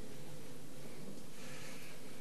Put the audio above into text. גברתי, בהתחלה שאלה כספים שקולעים אותם כמו צמות.